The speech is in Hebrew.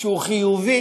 שהוא חיובי